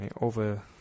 over